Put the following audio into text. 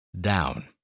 Down